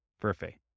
Perfect